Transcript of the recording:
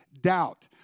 doubt